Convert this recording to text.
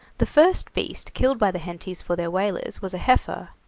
the first beast killed by the hentys for their whalers was a heifer,